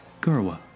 Gurwa